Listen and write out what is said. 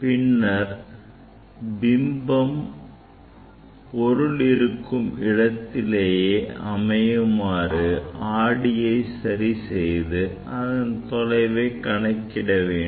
பின்னர் பிம்பம் பொருள் இருக்கும் இடத்திலேயே அமையுமாறு ஆடியை சரி செய்து அதன் தொலைவை கணக்கிட வேண்டும்